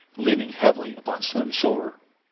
leaning heavily upon slim's shoulder.